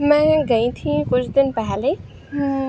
मैं गई थी कुछ दिन पहले